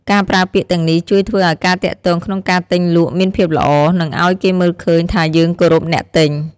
ការប្រើពាក្យទាំងនេះជួយធ្វើឲ្យការទាក់ទងក្នុងការទិញលក់មានភាពល្អ និងអោយគេមើលឃើញថាយើងគោរពអ្នកទិញ។